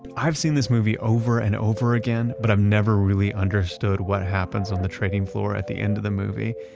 i've seen this movie over and over again but i've never really understood what happens on the trading floor at the end of the movie,